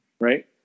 Right